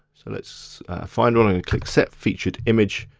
so let's find one and click set featured image.